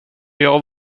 jag